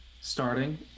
starting